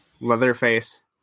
Leatherface